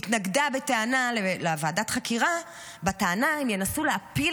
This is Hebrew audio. התנגדה לוועדת חקירה בטענה שינסו להפיל